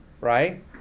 Right